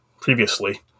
previously